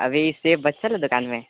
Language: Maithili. अभि सेव बचल ह दुकानमे